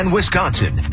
Wisconsin